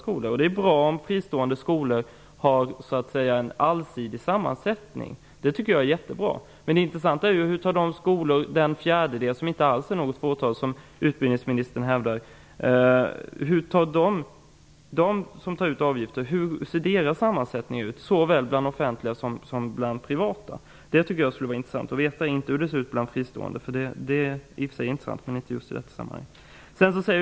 Jag tycker att det är jättebra om fristående skolor har en allsidig sammansättning. Men det intressanta är hur sammansättningen ser ut i de skolor som tar ut avgifter -- såväl offentliga som privata. Det rör sig om en fjärdedel av skolorna. Det är inte alls ett fåtal skolor, vilket utbildningsministern hävdar. Det tycker jag skulle vara intressant att veta. Det är i och för sig också intressant att veta hur det ser ut i de friståande skolorna, men inte just i detta sammanhang.